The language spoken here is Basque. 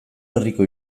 herriko